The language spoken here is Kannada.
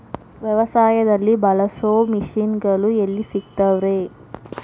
ವ್ಯವಸಾಯದಲ್ಲಿ ಬಳಸೋ ಮಿಷನ್ ಗಳು ಎಲ್ಲಿ ಸಿಗ್ತಾವ್ ರೇ?